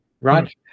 Right